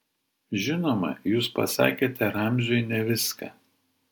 žinoma jūs pasakėte ramziui ne viską